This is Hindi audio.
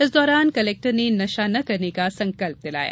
इस दौरान कलेक्टर ने नशा ना करने का संकल्प दिलाया